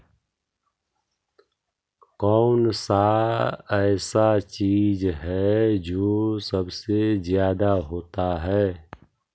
कौन सा ऐसा चीज है जो सबसे ज्यादा होता है?